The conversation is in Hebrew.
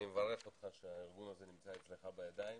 אני מברך אותך שהארגון הזה נמצא אצלך בידיים,